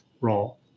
role